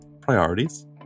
priorities